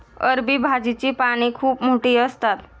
अरबी भाजीची पाने खूप मोठी असतात